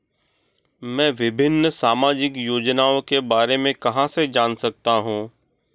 मैं विभिन्न सामाजिक योजनाओं के बारे में कहां से जान सकता हूं?